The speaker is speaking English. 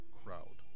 crowd